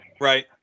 Right